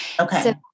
Okay